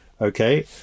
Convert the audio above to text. Okay